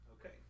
Okay